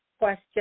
question